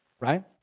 right